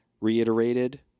reiterated